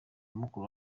mukuru